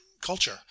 culture